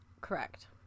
Correct